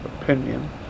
opinion